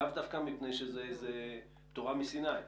לאו דווקא מפני שזו תורה מסיני,